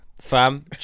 fam